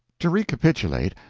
to recapitulate,